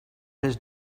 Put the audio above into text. his